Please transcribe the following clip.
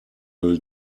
will